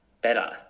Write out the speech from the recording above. better